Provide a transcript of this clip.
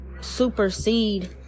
supersede